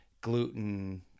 gluten